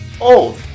old